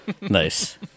Nice